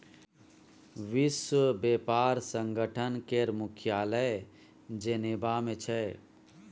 विश्व बेपार संगठन केर मुख्यालय जेनेबा मे छै